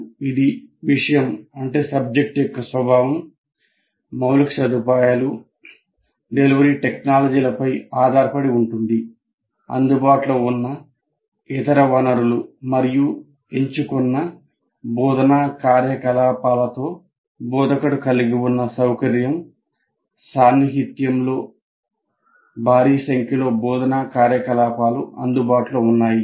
ఇది విషయం యొక్క స్వభావం మౌలిక సదుపాయాలు డెలివరీ టెక్నాలజీలపై ఆధారపడి ఉంటుంది అందుబాటులో ఉన్న ఇతర వనరులు మరియు ఎంచుకున్న బోధనా కార్యకలాపాలతో బోధకుడు కలిగి ఉన్న సౌకర్యం సాహిత్యంలో భారీ సంఖ్యలో బోధనా కార్యకలాపాలు అందుబాటులో ఉన్నాయి